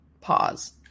pause